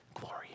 glory